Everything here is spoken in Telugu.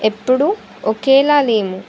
ఎప్పుడూ ఒకేలా లేము